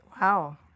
Wow